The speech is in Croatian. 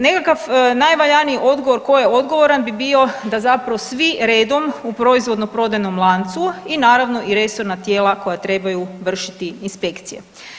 Nekakav najvaljaniji odgovor tko je odgovoran bi bio da zapravo svi redom u proizvodno proizvodnom lancu i naravno i resorna tijela koja trebaju vršiti inspekcije.